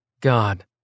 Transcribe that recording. God